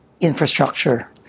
infrastructure